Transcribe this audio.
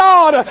God